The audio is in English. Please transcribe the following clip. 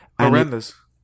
horrendous